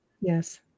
Yes